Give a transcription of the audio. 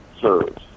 serves